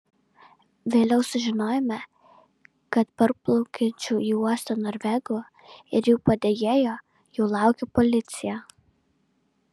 vėliau sužinojome kad parplaukiančių į uostą norvegų ir jų padėjėjo jau laukė policija